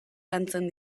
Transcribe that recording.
lantzen